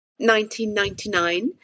1999